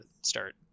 start